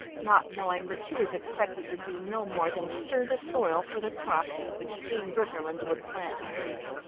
not knowing that she was expected to do no more than stir the soil for the crop which jean briggerland would plant and reap.